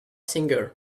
singer